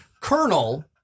Colonel